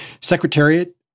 Secretariat